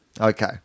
Okay